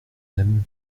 même